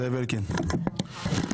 זאב אלקין, בבקשה.